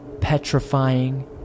petrifying